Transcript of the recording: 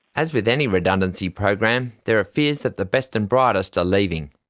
as with any redundancy program, there are fears that the best and brightest are leaving.